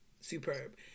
superb